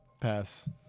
Pass